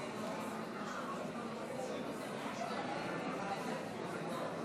תוצאות ההצבעה על הצעתה של חברת הכנסת אפרת רייטן